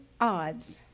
odds